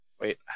Wait